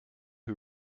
who